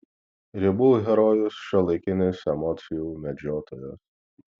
ribų herojus šiuolaikinis emocijų medžiotojas